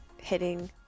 hitting